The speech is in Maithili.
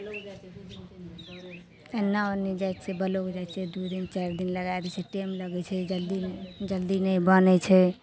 एन्ना ओन्नी जाइ छिए ब्लॉक जाए छिए दुइ दिन चारि दिन लगै दै छै टाइम लगै छै जल्दी नहि जल्दी नहि बनै छै